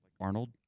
Arnold